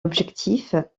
objectif